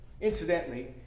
incidentally